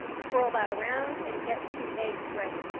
swirl that around, and get two eggs ready.